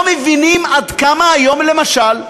לא מבינים עד כמה כיום, למשל,